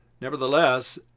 Nevertheless